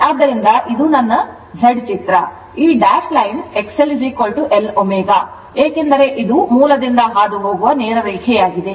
ಆದ್ದರಿಂದ ಇದು ನನ್ನ Z ಚಿತ್ರ ಈ ಡ್ಯಾಶ್ ಲೈನ್ XL Lω ಏಕೆಂದರೆ ಇದು ಮೂಲದಿಂದ ಹಾದುಹೋಗುವ ನೇರ ರೇಖೆಯಾಗಿದೆ